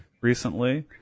recently